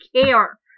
care